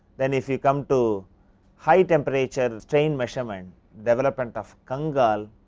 then, if you come to high temperature, and strain measurement development of kangal